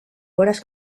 horas